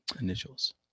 initials